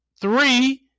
Three